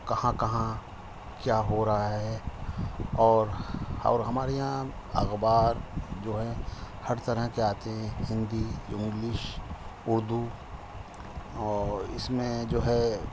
کہاں کہاں کیا ہو رہا ہے اور اور ہمارے یہاں اخبار جو ہیں ہر طرح کے آتے ہیں ہندی انگلش ارود اور اس میں جو ہے